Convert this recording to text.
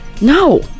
No